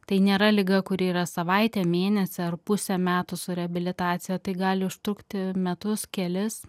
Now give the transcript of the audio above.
tai nėra liga kuri yra savaitę mėnesį ar pusę metų su reabilitacija tai gali užtrukti metus kelis